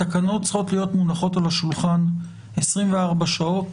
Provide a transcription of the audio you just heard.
התקנות צריכות להיות מונחות על השולחן 24 שעות